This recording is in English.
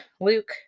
Luke